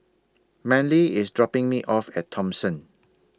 Manly IS dropping Me off At Thomson